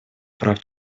прав